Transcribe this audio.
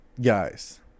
guys